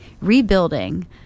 rebuilding